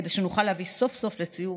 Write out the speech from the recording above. כדי שנוכל להביא סוף-סוף לסיום